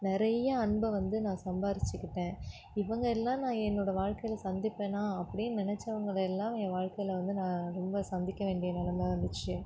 நிறைய அன்பை வந்து நான் சம்பாரித்துக்கிட்டேன் இவங்க எல்லாம் நான் என்னோடய வாழ்க்கையில் சந்திப்பேனா அப்படீன் நினைச்சவங்கள எல்லாம் என் வாழ்க்கையில் வந்து நான் ரொம்ப சந்திக்க வேண்டிய நெலமை வந்திச்சு